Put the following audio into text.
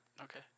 Okay